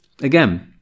Again